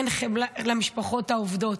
אין חמלה למשפחות העובדות.